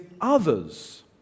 others